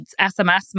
SMS